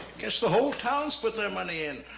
guess the whole town's put their money in.